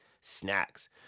snacks